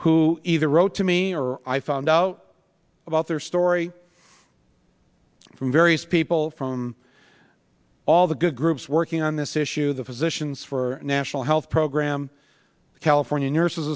who either wrote to me or i found out about their story from various people from all the good groups working on this issue the physicians for a national health program the california nurses